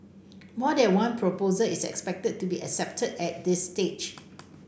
more than one proposal is expected to be accepted at this stage